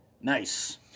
Nice